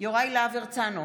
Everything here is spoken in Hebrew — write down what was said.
יוראי להב הרצנו,